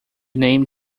name